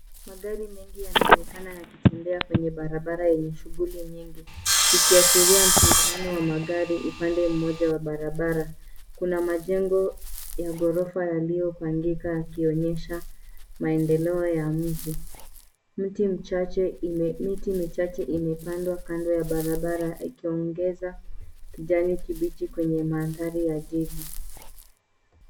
Magari mengi yanaonekana yakitembea kwenye barabara yenye shughuli nyingi, ikiashiria msongamano wa magari upande mmoja wa barabara. Kuna majengo ya ghorofa yaliyopangika yakionyesha maendeleo ya mji. Mti mchache ime, miti michache imepandwa kando ya barabara yakiongeza kijani kibichi kwenye mandhari ya jiji.